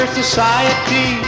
society